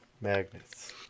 Magnets